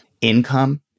Income